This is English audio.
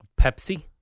Pepsi